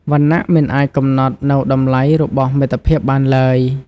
វណ្ណៈមិនអាចកំណត់នូវតម្លៃរបស់មិត្តភាពបានឡើយ។